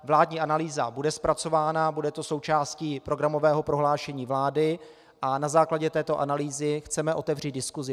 Vládní analýza bude zpracována, bude to součástí programového prohlášení vlády a na základě této analýzy chceme otevřít diskusi.